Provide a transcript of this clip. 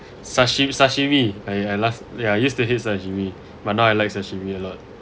sashi~ sashimi I I last yeah I used to hate sashimi but now I like sashimi a lot